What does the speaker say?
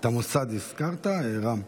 את המוסד הזכרת, רם?